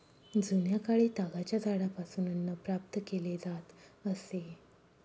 जुन्याकाळी तागाच्या झाडापासून अन्न प्राप्त केले जात असे